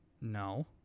No